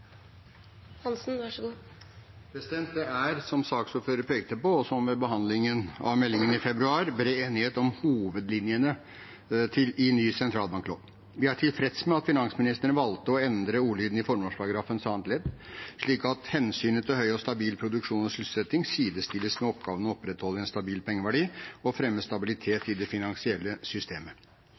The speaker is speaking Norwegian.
som saksordføreren pekte på, og som ved behandlingen av meldingen i februar, bred enighet om hovedlinjene i ny sentralbanklov. Vi er tilfreds med at finansministeren valgte å endre ordlyden i formålsparagrafens annet ledd, slik at hensynet til høy og stabil produksjon og sysselsetting sidestilles med oppgaven å opprettholde en stabil pengeverdi og fremme stabilitet i det finansielle systemet.